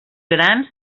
grans